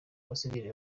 abasivili